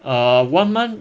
err one month